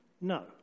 No